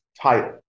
title